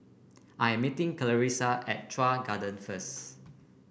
I am meeting Clarissa at Chuan Garden first